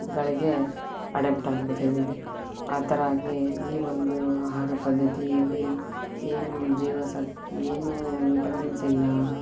ಗಳಿಗೆ ಅಡೆಪ್ಟ್ ಆಗಿಬಿಟ್ಟಿದೀವಿ ಆ ಥರ ಆಗಿ ಈ ಒಂದು ಆಹಾರ ಪದ್ಧತಿಯಲ್ಲಿ ಏನು ಜೀವ ಸತ್ವ ಏನು ವಿಟಮಿನ್ಸ್ ಇಲ್ಲ